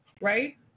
right